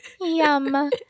Yum